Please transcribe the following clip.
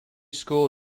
school